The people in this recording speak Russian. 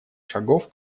шагов